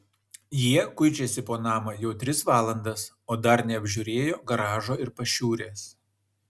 jie kuičiasi po namą jau tris valandas o dar neapžiūrėjo garažo ir pašiūrės